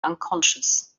unconscious